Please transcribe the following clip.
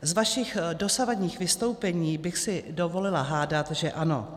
Z vašich dosavadních vystoupení bych si dovolila hádat, že ano.